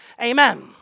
Amen